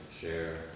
share